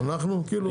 אנחנו כאילו?